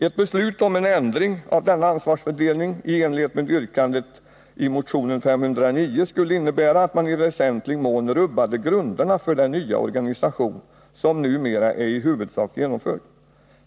Ett beslut om en ändring av denna ansvarsfördelning i enlighet med yrkande 1 a i motion 509 skulle innebära att man i väsentlig mån rubbade grunderna för den nya organisation som numera är i huvudsak genomförd.